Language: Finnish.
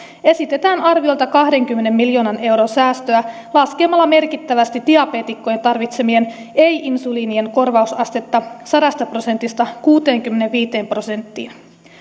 esitetään arviolta kahdenkymmenen miljoonan euron säästöä laskemalla merkittävästi diabeetikkojen tarvitsemien ei insuliinien korvausastetta sadasta prosentista kuuteenkymmeneenviiteen prosenttiin